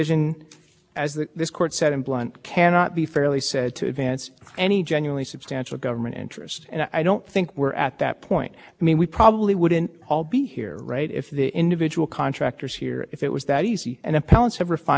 but everyone just like them who can do l c s is golden under the statute and we'll just pretend that there's really no no there's no real problem if the donation to congressman so and so on the armed services committee